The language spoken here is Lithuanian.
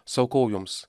sakau jums